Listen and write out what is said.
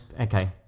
Okay